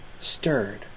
stirred